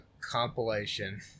compilation